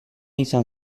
izan